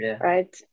Right